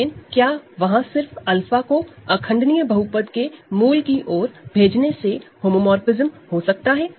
लेकिन क्या वहां सिर्फ 𝛂 को इररेडूसिबल पॉलीनॉमिनल के रूट की ओर भेजने से होमोमोरफ़िज्म हो सकता है